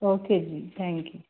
okay ji thank you